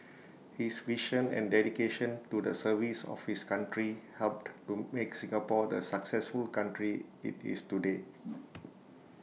his vision and dedication to the service of his country helped to make Singapore the successful country IT is today